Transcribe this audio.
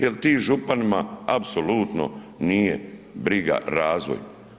Jel tim županima apsolutno nije briga razvoj.